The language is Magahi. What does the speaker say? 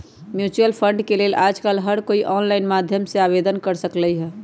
म्यूचुअल फंड के लेल आजकल हर कोई ऑनलाईन माध्यम से आवेदन कर सकलई ह